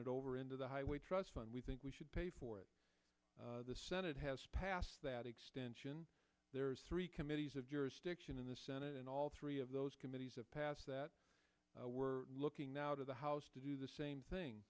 it over into the highway trust fund we think we should pay for it the senate has passed that extension there's three committees of jurisdiction in the senate and all three of those committees of pass that we're looking out of the house to do the same thing